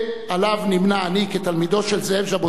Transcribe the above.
עמו נמנה אני כתלמידו של זאב ז'בוטינסקי,